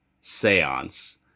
seance